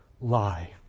lie